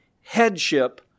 headship